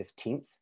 15th